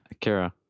Kira